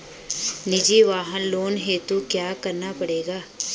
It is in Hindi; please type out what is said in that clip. निजी वाहन लोन हेतु क्या करना पड़ेगा?